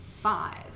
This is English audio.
five